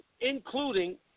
including